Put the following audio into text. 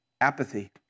Apathy